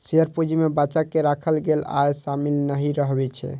share पूंजी मे बचा कें राखल गेल आय शामिल नहि रहै छै